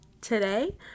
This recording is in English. today